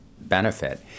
benefit